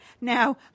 Now